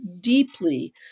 deeply